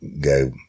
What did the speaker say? go